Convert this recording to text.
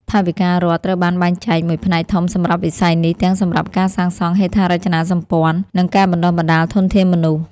ថវិការដ្ឋត្រូវបានបែងចែកមួយផ្នែកធំសម្រាប់វិស័យនេះ ទាំងសម្រាប់ការសាងសង់ហេដ្ឋារចនាសម្ព័ន្ធ និងការបណ្ដុះបណ្ដាលធនធានមនុស្ស។